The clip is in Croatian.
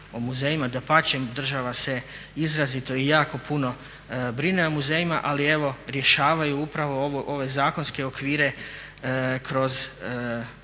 dapače. Država se izrazito i jako puno brine o muzejima, ali rješavaju upravo ove zakonske okvire kroz